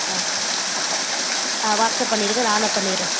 ஆ ஆ வாட்ஸ்அப் பண்ணிவிடுங்க நானும் பண்ணிவிடறேன்